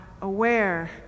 aware